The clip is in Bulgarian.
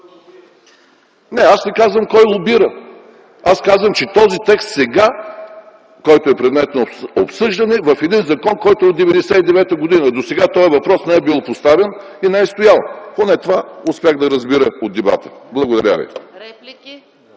Аз не казвам кой лобира. Казвам, че този текст, който сега е предмет на обсъждане в един закон, който е от 1999 г. – досега този въпрос не е бил поставян и не е стоял. Поне това успях да разбера от дебата. Благодаря ви.